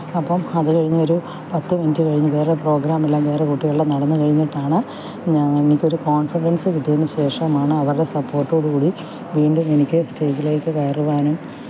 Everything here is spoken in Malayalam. അപ്പം അത് കഴിഞ്ഞൊരു പത്ത് മിനിറ്റ് കഴിഞ്ഞ് വേറെ പ്രോഗ്രാമെല്ലാം വേറെ കുട്ടികളുടെ നടന്ന് കഴിഞ്ഞിട്ടാണ് ഞാന് എനിക്കൊരു കോണ്ഫിഡെന്സ് കിട്ടിയതിന് ശേഷമാണ് അവരുടെ സപ്പോര്ട്ടോട് കൂടി വീണ്ടും എനിക്ക് സ്റ്റേജിലേക്ക് കയറുവാനും